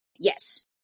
Yes